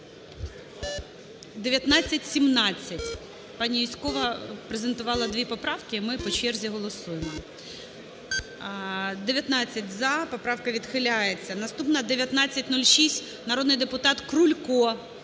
1917, пані Юзькова презентувала дві поправки, і ми по черзі голосуємо. 10:29:25 За-19 Поправка відхиляється. Наступна – 1906, народний депутат Крулько.